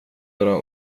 dra